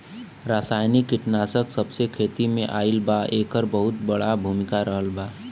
रासायनिक कीटनाशक जबसे खेती में आईल बा येकर बहुत बड़ा भूमिका रहलबा